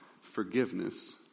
Forgiveness